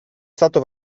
stato